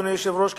אדוני היושב-ראש,